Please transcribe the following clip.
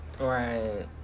Right